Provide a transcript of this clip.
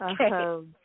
Okay